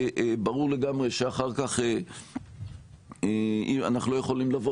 ברור לגמרי שאחר כך אנחנו לא יכולים לבוא